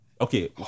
Okay